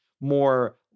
more